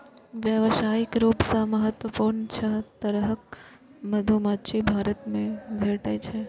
व्यावसायिक रूप सं महत्वपूर्ण छह तरहक मधुमाछी भारत मे भेटै छै